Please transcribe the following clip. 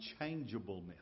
unchangeableness